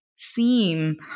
Seem